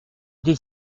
des